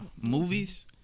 Movies